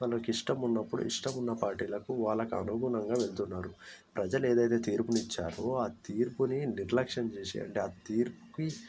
తనకు ఇష్టం ఉన్నప్పుడు ఇష్టము ఉన్న పార్టీలకి వాళ్ళకి అనుగుణంగా వెళ్తున్నారు ప్రజలు ఏదైతే తీర్పును ఇచ్చారో ఆ తీర్పుని నిర్లక్ష్యం చేసి అంటే ఆ తీర్పు